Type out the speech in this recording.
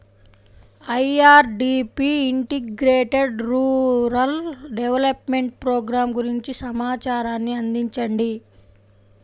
IRDP integrated rural development programme గురించి సమాచారాన్ని అందించండి?